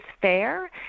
fair